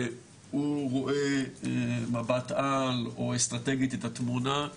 שהוא רואה מבט על או אסטרטגית את התמונה,